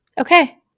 Okay